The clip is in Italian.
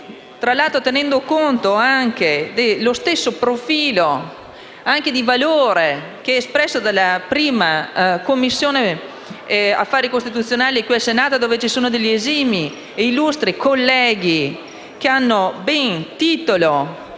tra l'altro tenendo conto anche dello stesso profilo di valore espresso dalla 1a Commissione affari costituzionali qui al Senato, dove ci sono degli esimi ed illustri colleghi, che hanno titolo